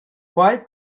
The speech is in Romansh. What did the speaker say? quei